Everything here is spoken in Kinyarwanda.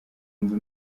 nzu